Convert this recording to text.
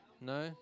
No